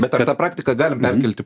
bet ar tą praktiką galim perkelti